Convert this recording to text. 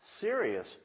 serious